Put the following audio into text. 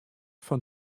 fan